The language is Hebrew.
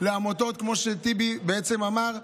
כמו שטיבי בעצם אמר,